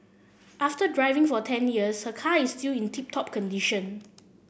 after driving for ten years her car is still in tip top condition